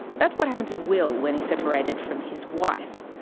that's what happened to will when he separated from his wife.